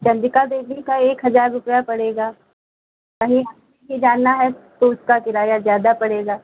चन्द्रिका देवी का एक हजार रुपये पड़ेगा कहीं जाना है तो उसका किराया ज्यादा पड़ेगा